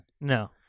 No